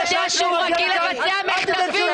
מה, אתה לא יודע שהוא רגיל לבצע מחטפים?